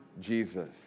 Jesus